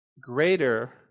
greater